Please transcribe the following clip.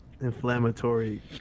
inflammatory